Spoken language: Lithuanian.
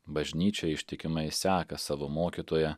bažnyčia ištikimai seka savo mokytoją